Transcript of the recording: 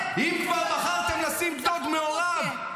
אם כבר בחרתם לשים גדוד מעורב".